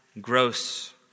gross